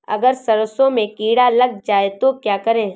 अगर सरसों में कीड़ा लग जाए तो क्या करें?